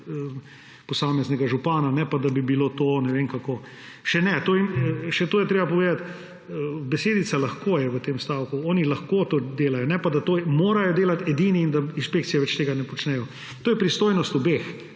posameznega župana, ne pa da bi bilo to ne vem kako … Še to je treba povedati. Besedica »lahko« je v tem stavku. Oni lahko to delajo, ne pa da to morajo delati edini in da inšpekcija tega ne počne več. To je pristojnost obeh.